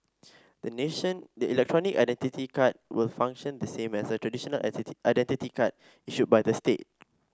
the nation the electronic identity card will function the same as a traditional identity card issued by the state